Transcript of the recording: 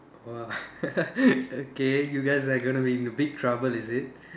!wow! okay you guys are going to be in big trouble is it